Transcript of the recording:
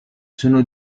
sono